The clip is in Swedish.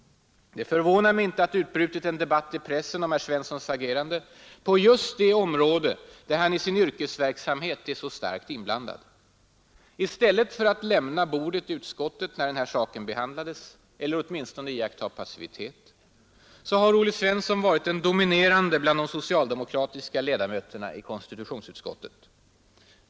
Det förvånar mig inte att det utbrutit en debatt i pressen om herr Svenssons agerande på just det område där han i sin yrkesverksamhet är så starkt inblandad. I stället för att lämna bordet i utskottet när denna sak behandlades eller åtminstone iaktta passivitet, har Olle Svensson varit den dominerande bland de socialdemokratiska ledamöterna i konstitutionsutskottet.